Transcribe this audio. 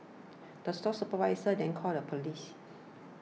the store supervisor then called the police